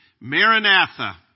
Maranatha